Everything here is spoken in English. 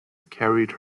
carried